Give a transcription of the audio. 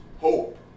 hope